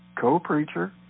co-preacher